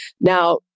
Now